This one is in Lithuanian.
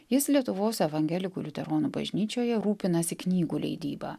jis lietuvos evangelikų liuteronų bažnyčioje rūpinasi knygų leidyba